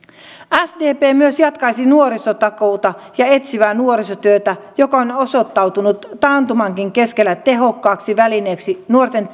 sdp myös jatkaisi nuorisotakuuta ja etsivää nuorisotyötä joka on osoittautunut taantumankin keskellä tehokkaaksi välineeksi nuorten